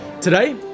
Today